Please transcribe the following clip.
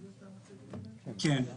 כן,